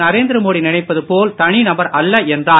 நரேந்திர மோடி நினைப்பது போல் தனிநபர் அல்ல என்றார்